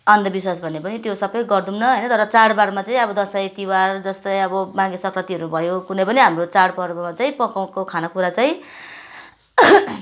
अन्धविश्वास भने पनि सबै त्यो सबै गर्दैनौँ होइन तर अब चाड बाडमा चाहिँ अब दसैँ तिहार जस्तै अब माघे सङ्क्रान्तिहरू भयो कुनैपनि हाम्रो चाड पर्वमा चाहिँ पकाएको खाने कुरा चाहिँ